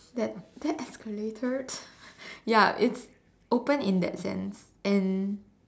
that that escalated ya it's open in that sense and